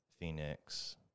phoenix